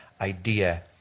idea